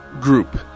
group